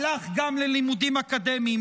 הלך גם ללימודים אקדמיים.